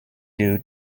due